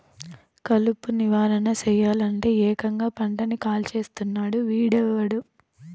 కలుపు నివారణ సెయ్యలంటే, ఏకంగా పంటని కాల్చేస్తున్నాడు వీడెవ్వడు